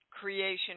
creation